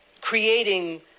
creating